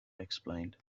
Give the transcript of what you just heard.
explained